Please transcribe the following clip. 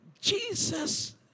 Jesus